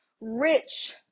rich